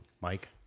Mike